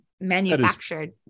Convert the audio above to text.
manufactured